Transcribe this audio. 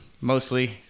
Mostly